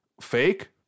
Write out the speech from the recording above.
fake